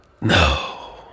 No